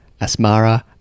Asmara